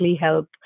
help